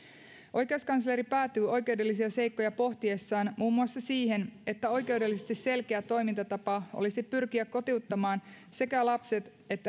oikeuskansleri päätyy oikeudellisia seikkoja pohtiessaan muun muassa siihen että oikeudellisesti selkeä toimintatapa olisi pyrkiä kotiuttamaan sekä lapset että